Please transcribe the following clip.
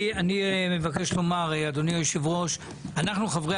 אני מבקש לומר אדוני היושב ראש שאנחנו חברי